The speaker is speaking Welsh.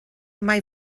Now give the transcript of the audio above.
mae